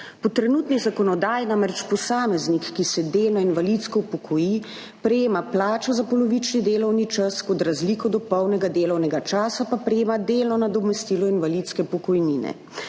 Po trenutni zakonodaji namreč posameznik, ki se delno invalidsko upokoji, prejema plačo za polovični delovni čas, kot razliko do polnega delovnega časa pa prejema delno nadomestilo invalidske pokojnine.